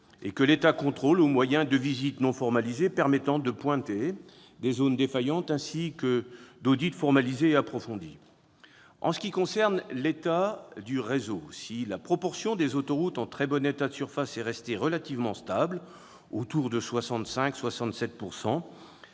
et que l'État contrôle au moyen de visites non formalisées, qui permettent de repérer des zones défaillantes, ainsi que d'audits approfondis. En ce qui concerne l'état du réseau, si la proportion des autoroutes en très bon état de surface est restée relativement stable- autour de 65